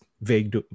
vague